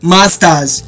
Masters